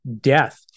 death